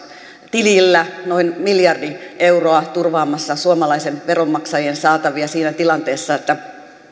tilillä noin miljardi euroa turvaamassa suomalaisten veronmaksajien saatavia siinä tilanteessa että